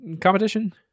competition